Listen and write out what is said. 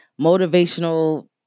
motivational